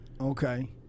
Okay